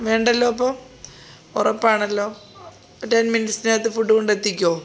വേണ്ടല്ലോ അപ്പോല ഉറപ്പാണല്ലോ ടെൻ മിനിറ്റ്സിനകത്ത് ഫുഡ് കൊണ്ടെത്തിക്കുമോ